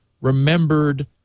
remembered